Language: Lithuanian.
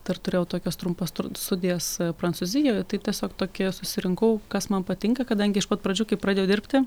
dar turėjau tokias trumpas studijas prancūzijoje tai tiesiog tokie susirinkau kas man patinka kadangi iš pat pradžių kai pradėjau dirbti